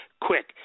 quick